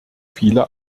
viele